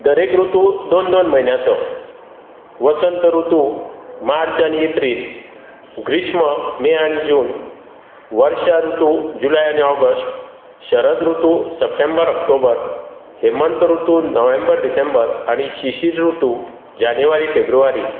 दर एक ऋतु दोन दोन म्हयन्याचो वसंत ऋतु मार्च आनी एप्रील ग्रीष्म मे आनी जून वर्षा ऋतु जुलय आनी ऑगस्ट शरद ऋतु सप्टेंबर आनी ऑक्टोबर हेमंत ऋतु नोव्हेंबर आनी डिसेंबर आनी शिशीर ऋतु जानेवारी फेब्रुवारी